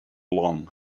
long